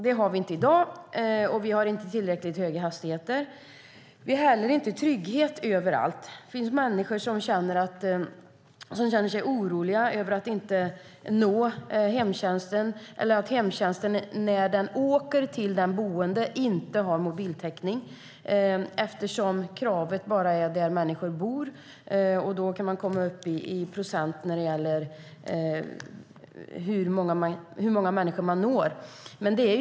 Det har vi inte i dag, och vi har inte tillräckligt höga hastigheter. Vi har heller inte trygghet överallt. Det finns människor som känner sig oroliga över att inte nå hemtjänsten, och hemtjänsten har inte alltid mobiltäckning på väg till de äldre eftersom kravet på täckning bara gäller där människor bor, vilket gör att det går att komma upp i procent när det gäller hur många människor man når.